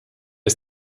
ist